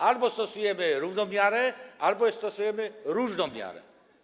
Albo stosujemy równą miarę, albo stosujemy różną miarę.